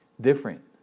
Different